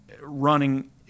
running